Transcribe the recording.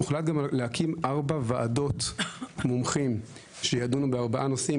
הוחלט גם להקים ארבע ועדות מומחים שידונו בארבעה נושאים.